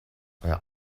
euer